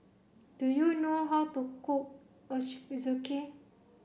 do you know how to cook Ochazuke